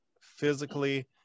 physically